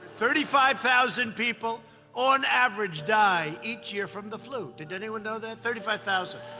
thirty five thousand people on average die each year from the flu. did anyone know that? thirty five thousand.